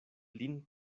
lin